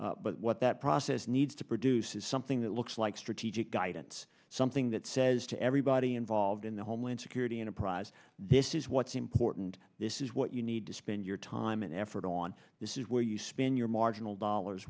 but what that process needs to produce is something that looks like strategic guidance something that says to everybody involved in the homeland security enterprise this is what's important this is what you need to spend your time and effort on this is where you spend your marginal dollars